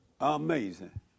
Amazing